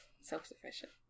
Self-sufficient